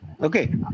okay